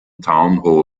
town